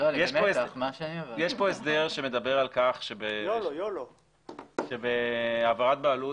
כאן הסדר שמדבר על כך שבהעברת בעלות,